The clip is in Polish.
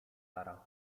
sara